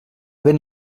ben